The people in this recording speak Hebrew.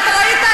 אתה ראית,